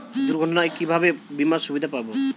দুর্ঘটনায় কিভাবে বিমার সুবিধা পাব?